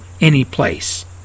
anyplace